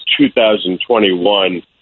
2021